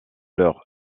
leur